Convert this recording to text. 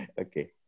Okay